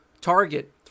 target